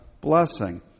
blessing